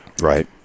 Right